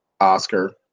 Oscar